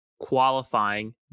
qualifying